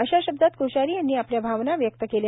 अशा शब्दात कोश्यारी यांनी आपल्या भावना व्यक्त केल्या